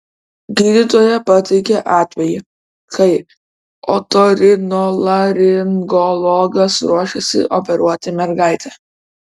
gydytoja pateikė atvejį kai otorinolaringologas ruošėsi operuoti mergaitę